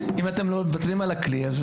אם אתם מוותרים על הכלי, אז